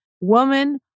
woman